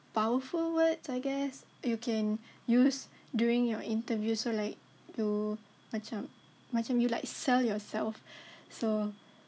powerful words I guess you can use during your interview so like to macam macam you like sell yourself so